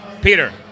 Peter